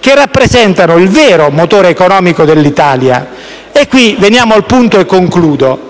che rappresentano il vero motore economico dell'Italia. E qui veniamo al punto, su cui concludo,